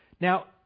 Now